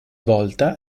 volta